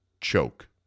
choke